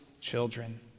children